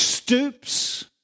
Stoops